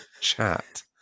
Chat